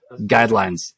guidelines